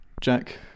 Jack